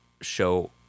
show